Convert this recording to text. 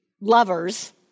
lovers